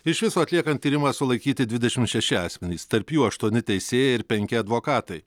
iš viso atliekant tyrimą sulaikyti dvidešimt šeši asmenys tarp jų aštuoni teisėjai ir penki advokatai